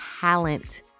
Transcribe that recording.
talent